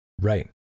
Right